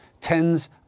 tens